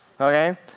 Okay